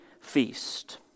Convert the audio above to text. feast